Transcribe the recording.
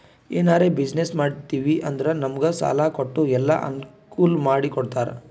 ಎನಾರೇ ಬಿಸಿನ್ನೆಸ್ ಮಾಡ್ತಿವಿ ಅಂದುರ್ ನಮುಗ್ ಸಾಲಾ ಕೊಟ್ಟು ಎಲ್ಲಾ ಅನ್ಕೂಲ್ ಮಾಡಿ ಕೊಡ್ತಾರ್